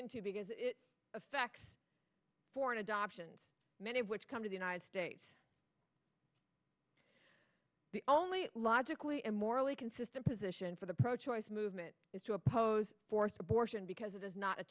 into because it affects foreign adoptions many of which come to the united states the only logically and morally consistent position for the pro choice movement is to oppose forced abortion because it is not a